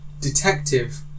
detective